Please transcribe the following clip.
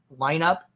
lineup